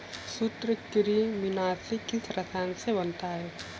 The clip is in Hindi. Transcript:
सूत्रकृमिनाशी किस रसायन से बनता है?